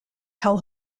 hell